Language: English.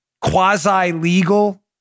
quasi-legal